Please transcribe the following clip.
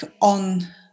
on